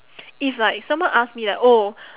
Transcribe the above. if like someone ask me like oh